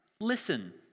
listen